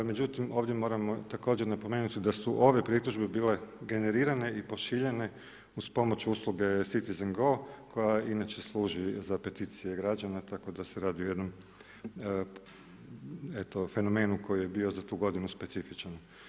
Međutim, ovdje moramo također napomenuti da su ove pritužbe bile generirane i pošiljane uz pomoć usluge CitizenGo koja inače služi za peticije građana, tako da se radi o jednom fenomenu koji je bio za tu godinu specifičan.